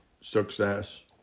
success